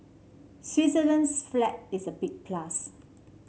Switzerland's flag is a big plus